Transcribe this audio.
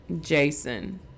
Jason